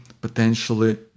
potentially